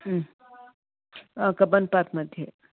Cubbon park मध्ये